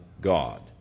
God